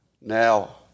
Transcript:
Now